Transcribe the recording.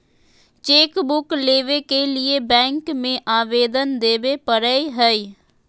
chequebook लेबे के लिए बैंक में अबेदन देबे परेय हइ